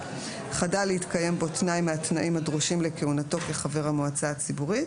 (2)חדל להתקיים בו תנאי מהתנאים הדרושים לכהונתו כחבר המועצה הציבורית,